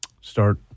start –